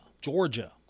Georgia